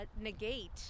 negate